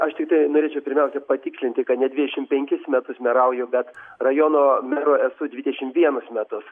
aš tik tai norėčiau pirmiausiai patikslinti kad ne dvidešim penkis metus merauju bet rajono mero esu dvidešimt vienus metus